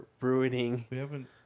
ruining